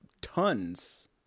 tons